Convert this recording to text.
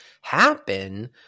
happen